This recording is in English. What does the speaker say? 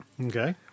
Okay